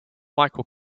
michael